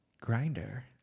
grinder